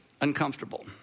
uncomfortable